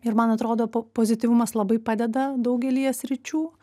ir man atrodo po pozityvumas labai padeda daugelyje sričių